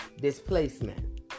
Displacement